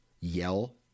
yell